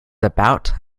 about